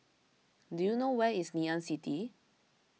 do you know where is Ngee Ann City